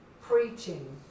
preaching